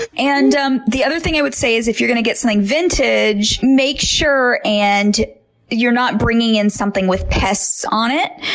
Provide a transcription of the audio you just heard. and um the other thing i would say is if you're going to get something vintage, make sure and you're not bringing in something with pests on it.